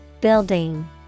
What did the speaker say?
Building